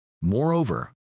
Moreover